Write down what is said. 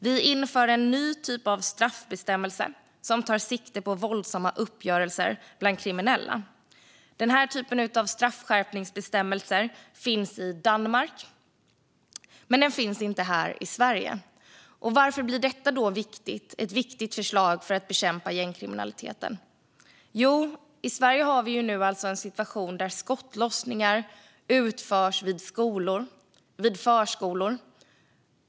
Vi inför en ny typ av straffskärpningsbestämmelse som tar sikte på våldsamma uppgörelser bland kriminella. Den här typen av straffskärpningsbestämmelse finns i Danmark, men den finns inte här i Sverige. Varför är detta ett viktigt förslag för att bekämpa gängkriminaliteten? Jo, i Sverige har vi nu en situation där skottlossningar utförs vid skolor och vid förskolor.